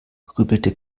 grübelte